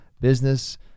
business